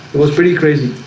it was pretty crazy